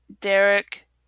Derek